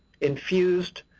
infused